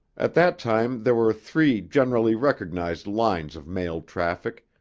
at that time there were three generally recognized lines of mail traffic,